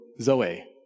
zoe